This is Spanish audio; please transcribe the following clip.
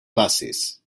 fases